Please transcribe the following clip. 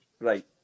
right